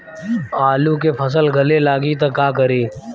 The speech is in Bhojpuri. आलू के फ़सल गले लागी त का करी?